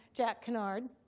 jack canard.